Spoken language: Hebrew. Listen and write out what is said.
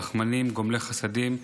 רחמנים, גומלי חסדים,